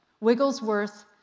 Wigglesworth